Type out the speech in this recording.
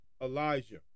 Elijah